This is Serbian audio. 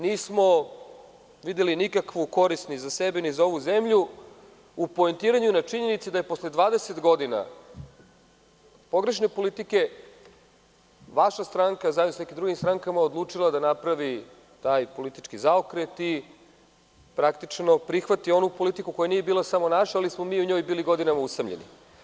Nismo videli nikakvu korist ni za sebe ni za ovu zemlju, u poentiranju na činjenici da je posle 20 godina pogrešne politike vaša stranka, zajedno sa nekim drugim strankama odlučila da napravi taj politički zaokret i praktično prihvati onu politiku koja nije bila samo naša, ali smo u njoj bili godinama usamljeni.